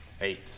Eight